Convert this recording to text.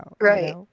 Right